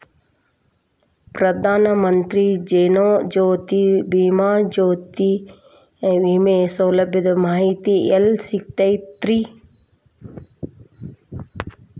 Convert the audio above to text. ಪ್ರಧಾನ ಮಂತ್ರಿ ಜೇವನ ಜ್ಯೋತಿ ಭೇಮಾಯೋಜನೆ ವಿಮೆ ಸೌಲಭ್ಯದ ಮಾಹಿತಿ ಎಲ್ಲಿ ಸಿಗತೈತ್ರಿ?